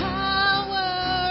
power